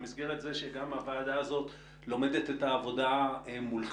במסגרת זה שגם הוועדה הזאת לומדת את העבודה מולכם,